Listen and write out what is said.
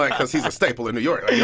like because he's a staple in new york.